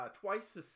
twice